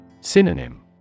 Synonym